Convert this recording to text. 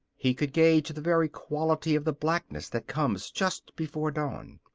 he could gauge the very quality of the blackness that comes just before dawn.